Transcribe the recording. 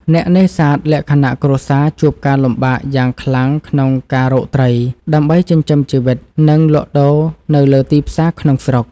អ្នកនេសាទលក្ខណៈគ្រួសារជួបការលំបាកយ៉ាងខ្លាំងក្នុងការរកត្រី ដើម្បីចិញ្ចឹមជីវិត និងលក់ដូរនៅលើទីផ្សារក្នុងស្រុក។